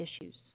issues